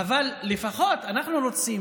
אבל אנחנו רוצים